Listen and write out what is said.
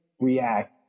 react